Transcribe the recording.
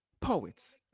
Poets